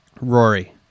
Rory